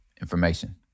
Information